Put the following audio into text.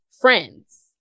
friends